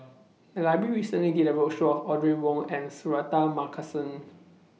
The Library recently did A roadshow on Audrey Wong and Suratman Markasan